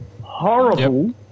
horrible